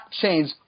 change